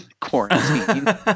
quarantine